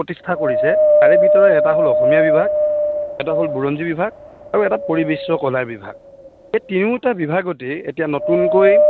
প্ৰতিষ্ঠা কৰিছে তাৰে ভিতৰত এটা হ'ল অসমীয়া বিভাগ এটা বুৰঞ্জী বিভাগ আৰু এটা হ'ল পৰিৱেশ্য কলা বিভাগ এই তিনিওটা বিভাগতেই এতিয়া নতুনকৈ